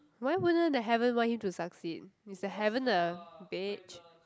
why wouldn't the heaven want him to succeed is the heaven a bitch